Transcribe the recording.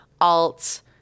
alt